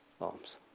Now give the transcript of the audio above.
arms